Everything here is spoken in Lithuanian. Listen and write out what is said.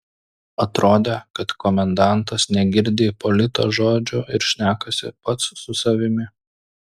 atrodė kad komendantas negirdi ipolito žodžių ir šnekasi pats su savimi